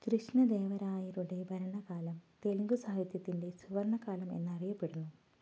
കൃഷ്ണദേവരായരുടെ ഭരണകാലം തെലുങ്ക് സാഹിത്യത്തിൻ്റെ സുവർണ്ണകാലം എന്നറിയപ്പെടുന്നു